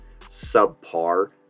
subpar